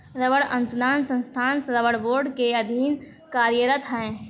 रबड़ अनुसंधान संस्थान रबड़ बोर्ड के अधीन कार्यरत है